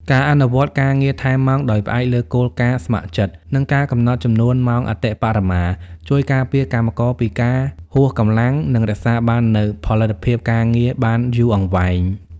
ការអនុវត្តការងារថែមម៉ោងដោយផ្អែកលើគោលការណ៍ស្ម័គ្រចិត្ត និងការកំណត់ចំនួនម៉ោងអតិបរមា ជួយការពារកម្មករពីការហួសកម្លាំង និងរក្សាបាននូវផលិតភាពការងារបានយូរអង្វែង។